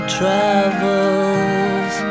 travels